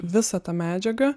visą tą medžiagą